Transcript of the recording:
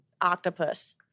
Octopus